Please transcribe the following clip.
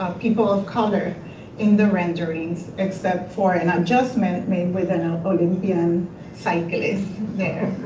people of color in the renderings except for an adjustment made with an olympian cyclist there.